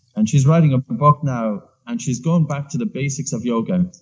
and she's writing a book now. and she's going back to the basics of yoga.